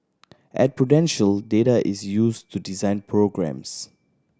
at Prudential data is used to design programmes